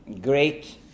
great